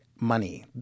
money